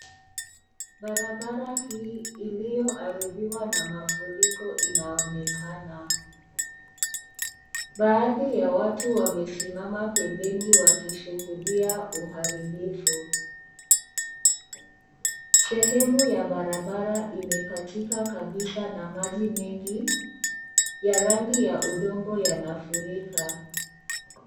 Barabara hii iliyoaribiwa na mafuriko inaonekana. Baadhi ya watu wamesimama pembeni wakishuhudia uharibifu. Sehemu ya barabara imekatika kabisa na maji mengi ya rangi ya udongo yanafurika.